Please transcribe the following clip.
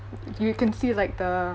you can see like the